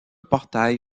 portail